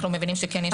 אנחנו מבינים שכן יש,